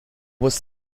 was